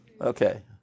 Okay